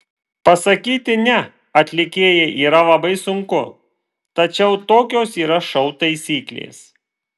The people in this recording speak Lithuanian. pasakyti ne atlikėjai yra labai sunku tačiau tokios yra šou taisyklės